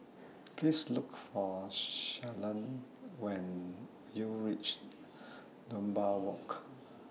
Please Look For Shalon when YOU REACH Dunbar Walk